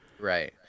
Right